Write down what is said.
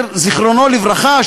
זיכרונו לברכה,